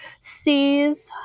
sees